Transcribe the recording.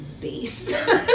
base